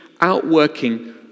outworking